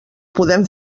podem